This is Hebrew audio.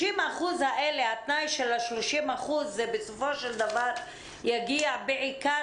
התנאי של ה-30% האלה בסופו של דבר יגיע בעיקר